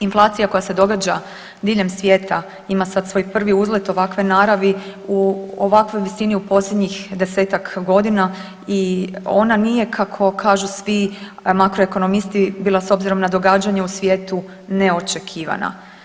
Inflacija koja se događa diljem svijeta ima sad svoj prvi uzlet ovakve naravi u ovakvoj visini u posljednjih desetak godina i ona nije kako kažu svi makro ekonomisti bila s obzirom na događanje u svijetu neočekivana.